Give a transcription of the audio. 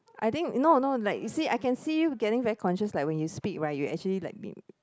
I think no no like you see I can see you getting very conscious like when you speak right you actually like been